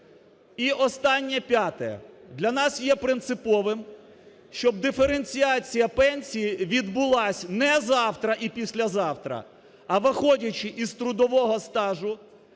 І останнє, п'яте. Для нас є принциповим, щоб диференціація пенсій відбулась не завтра і післязавтра, а виходячи із трудового стажу,